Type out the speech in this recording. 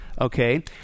okay